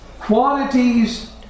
quantities